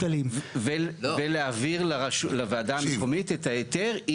ולהעביר לוועדה המקומית את ההיתר.